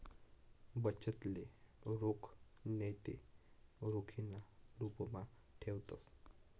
बचतले रोख नैते रोखीना रुपमा ठेवतंस